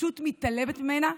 ופשוט מתעלמת ממנה.